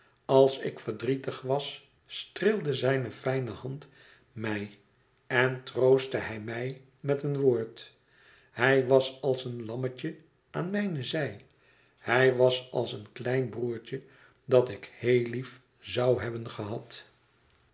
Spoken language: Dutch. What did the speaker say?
als ik verdrietig was streelde zijne fijne hand mij en troostte hij mij met een woord hij was als een lammetje aan mijne zij hij was als een klein broêrtje dat ik heel lief zoû hebben gehad